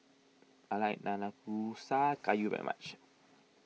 I like Nanakusa Gayu very much